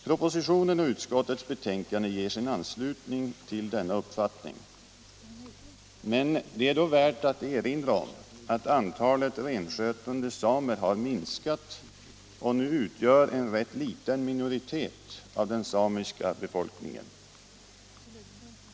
Propositionen och utskottets betänkande ger sin anslutning till denna uppfattning, men det är då värt att erinra om att antalet renskötande samer har minskat och nu utgör en rätt liten minoritet av den samiska befolkningen.